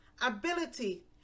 ability